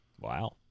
wow